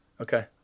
Okay